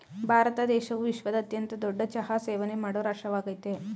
ಭಾರತ ದೇಶವು ವಿಶ್ವದ ಅತ್ಯಂತ ದೊಡ್ಡ ಚಹಾ ಸೇವನೆ ಮಾಡೋ ರಾಷ್ಟ್ರವಾಗಯ್ತೆ